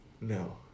No